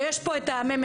ויש פה את ה-ממ"מ.